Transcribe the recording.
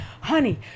honey